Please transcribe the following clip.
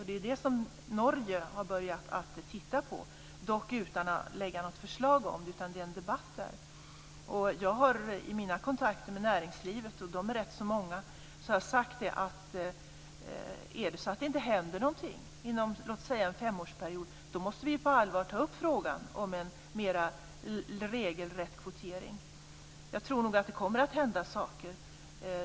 Det är det som Norge har börjat se över, dock utan att lägga fram något förslag, men det pågår en debatt där. Jag har i mina kontakter med näringslivet, och de är rätt så många, sagt att om det inte händer något inom låt säga en femårsperiod, måste vi på allvar ta upp frågan om en mer regelrätt kvotering. Jag tror nog att det kommer att hända saker.